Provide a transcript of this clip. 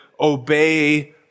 obey